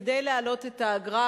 כדי להעלות את האגרה,